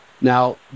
Now